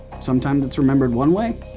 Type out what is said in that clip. sometimes it's remembered one way,